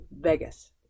Vegas